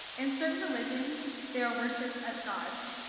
in certain religions, they are worshiped as gods.